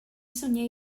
sunyer